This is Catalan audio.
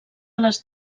les